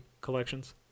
collections